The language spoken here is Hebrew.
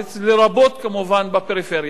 לרבות כמובן בפריפריה,